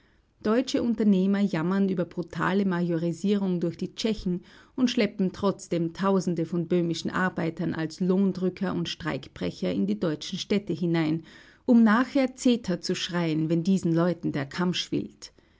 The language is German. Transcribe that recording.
deutsche unternehmer jammern über brutale majorisierung durch die tschechen und schleppen trotzdem tausende von böhmischen arbeitern als lohndrücker und streikbrecher in die deutschen städte hinein um nachher zeter zu schreien wenn diesen leuten der kamm schwillt